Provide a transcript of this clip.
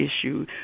issue